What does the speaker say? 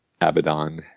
Abaddon